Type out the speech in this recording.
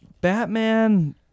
Batman